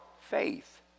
faith